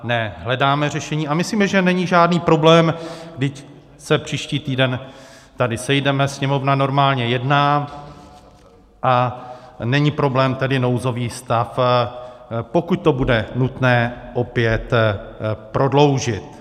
Ne, hledáme řešení a myslíme, že není žádný problém, vždyť se příští týden tady sejdeme, Sněmovna normálně jedná, a není problém tedy nouzový stav, pokud to bude nutné, opět prodloužit.